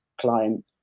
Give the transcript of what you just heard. client